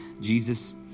Jesus